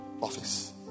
office